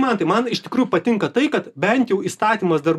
mantai man iš tikrųjų patinka tai kad bent jau įstatymas dar